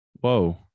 Whoa